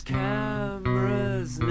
cameras